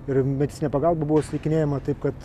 ir medicininė pagalba buvo suteikinėjama taip kad